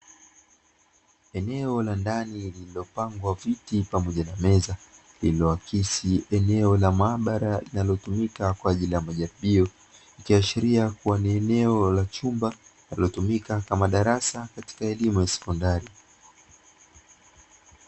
Uoto wa asili uliotapakaa katika eneo la mabonde pamoja na milima ikiwemo nyasi, kichaka na miti mbalimbali mirefu yenye majani mapana ambavyo kwa pamoja huleta mandhari nzuri ya taswira ya mazingira yanayovutia yaliyo asili.